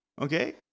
okay